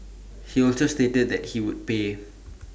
he also stated that he would pay